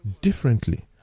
differently